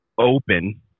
open